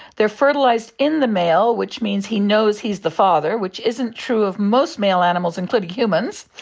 they are fertilised in the male, which means he knows he's the father, which isn't true of most male animals, including humans,